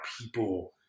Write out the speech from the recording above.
people